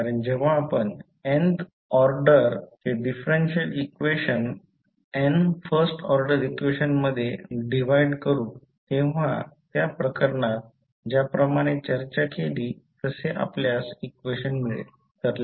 कारण जेव्हा आपण nth ऑर्डरचे differential equation n first order equation मध्ये डिव्हाइड करू तेव्हा त्या प्रकरणात ज्याप्रमाणे चर्चा केली तसे आपल्यास इक्वेशन मिळेल